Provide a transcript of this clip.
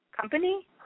company